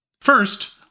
First